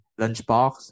lunchbox